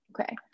okay